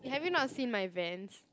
have you not seen my Vans